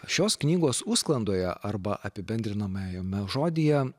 šios knygos užsklandoje arba apibendrinamajame žodyje